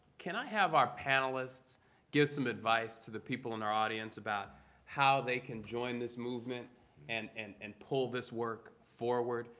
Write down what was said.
can i have our panelists give some advice to the people in our audience about how they can join this movement and and and pull this work forward?